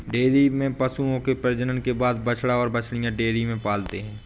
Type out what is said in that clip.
dairy में पशुओं के प्रजनन के बाद बछड़ा और बाछियाँ डेयरी में पलते हैं